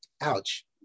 ouch